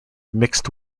mixed